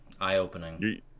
eye-opening